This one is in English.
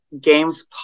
Games